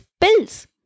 pills